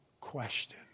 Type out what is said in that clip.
question